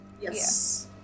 Yes